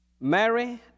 Mary